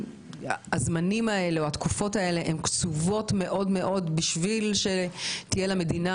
הזמנים האלה קצובים מאוד כדי שתהיה למדינה